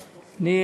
אני,